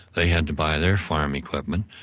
they had to buy their farm equipment,